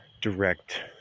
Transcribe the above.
direct